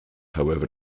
however